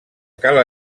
cala